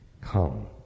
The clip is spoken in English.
come